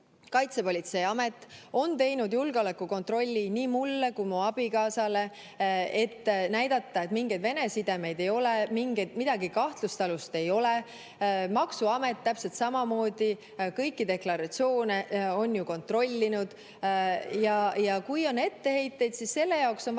Kaitsepolitseiamet, on teinud julgeolekukontrolli nii mulle kui ka mu abikaasale, et näidata, et mingeid Vene sidemeid ei ole, midagi kahtlast ei ole. Maksuamet on ju täpselt samamoodi kõiki deklaratsioone kontrollinud. Ja kui on etteheiteid, siis selle jaoks on vastavad